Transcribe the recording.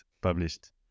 published